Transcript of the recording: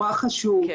שלא